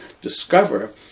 discover